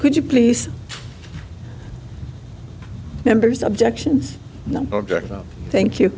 could you please members objections thank you